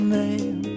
name